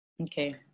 Okay